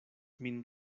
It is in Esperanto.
min